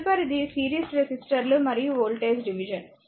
తదుపరిది సిరీస్ రెసిస్టర్లు మరియు వోల్టేజ్ డివిజన్